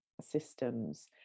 systems